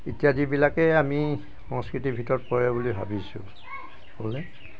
ইত্যাদিবিলাকেই আমি সংস্কৃতিৰ ভিতৰত পৰে বুলি ভাবিছোঁ হ'লনে